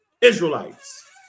Israelites